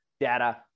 data